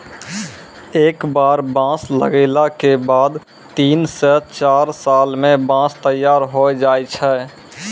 एक बार बांस लगैला के बाद तीन स चार साल मॅ बांंस तैयार होय जाय छै